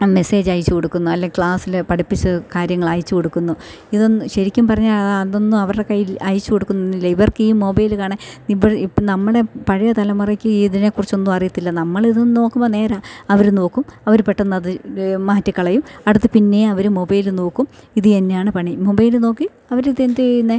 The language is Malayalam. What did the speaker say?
ആ മെസ്സേജ് അയച്ചു കൊടുക്കുന്നു അല്ലേ ക്ലാസ്സിൽ പഠിപ്പിച്ച കാര്യങ്ങളയച്ചു കൊടുക്കുന്നു ഇതൊന്നും ശരിക്കും പറഞ്ഞാൽ അതൊന്നും അവരുടെ കയ്യിൽ അയച്ചു കൊടുക്കുന്നില്ല ഇവർക്കീ മൊബൈൽ കാണാൻ ഇപ്പോൾ ഇപ്പം നമ്മുടെ പഴയ തലമുറക്ക് ഇതിനെ കുറിച്ചൊന്നും അറിയത്തില്ല നമ്മളിതു നോക്കുമ്പോൾ നേരാ അവർ നോക്കും അവർ പെട്ടെന്നത് ഇതു മാറ്റി കളയും അടുത്ത പിന്നെ അവർ മൊബൈൽ നോക്കും ഇതു തന്നെയാണ് പണി മൊബൈൽ നോക്കി അവരിതെന്തു ചെയ്യുന്നത്